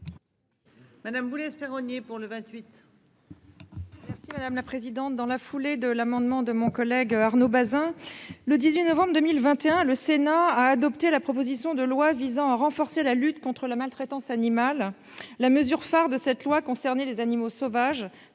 Madame Boulay-Espéronnier pour le 28. Madame la présidente. Dans la foulée de l'amendement de mon collègue Arnaud Bazin. Le 18 novembre 2021. Le Sénat a adopté la proposition de loi visant à renforcer la lutte contre la maltraitance animale. La mesure phare de cette loi. Les animaux sauvages